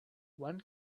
one